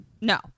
No